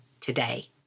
today